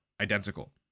identical